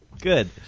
Good